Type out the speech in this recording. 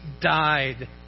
died